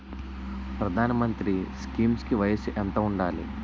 ప్రధాన మంత్రి స్కీమ్స్ కి వయసు ఎంత ఉండాలి?